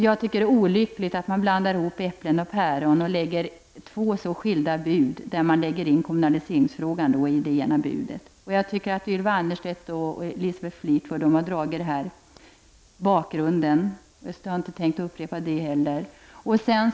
Jag tycker att det är olyckligt att äpplen och päron blandas ihop, dvs. att två så skilda bud läggs fram och att kommunaliseringsfrågan läggs in i det ena budet. Ylva Annerstedt och Elisabeth Fleetwood har redogjort för bakgrunden, och jag tänker därför inte upprepa den.